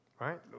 Right